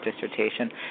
dissertation